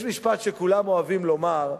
יש משפט שכולם אוהבים לומר,